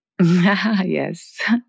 yes